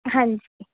ਹਾਂਜੀ